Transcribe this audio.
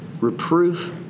reproof